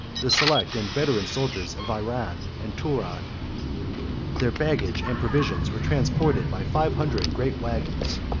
the select and veteran soldiers of iran and touran their baggage and provisions were transported by five hundred great wagons,